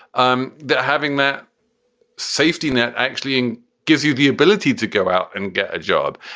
um that having that safety net actually gives you the ability to go out and get a job.